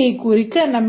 பார்ப்போம்